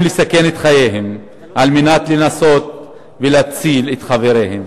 לסכן את חייהם על מנת לנסות ולהציל את חבריהם,